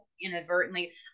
inadvertently